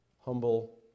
humble